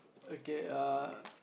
okay err